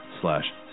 slash